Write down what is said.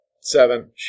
Seven